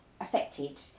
affected